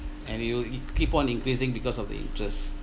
and it'll it keep on increasing because of the interest